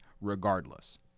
regardless